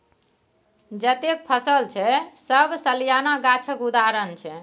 जतेक फसल छै सब सलियाना गाछक उदाहरण छै